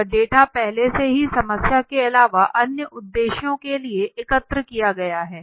यह डाटा पहले से ही समस्या के अलावा अन्य उद्देश्यों के लिए एकत्र किया गया है